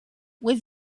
was